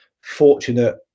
fortunate